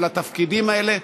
אבל התפקידים האלה,